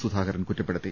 സുധാകരൻ കുറ്റപ്പെടുത്തി